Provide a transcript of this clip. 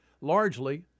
largely